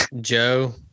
Joe